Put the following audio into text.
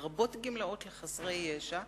לרבות גמלאות לחסרי ישע,